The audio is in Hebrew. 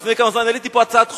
ולפני כמה זמן העליתי פה הצעת חוק,